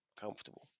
Comfortable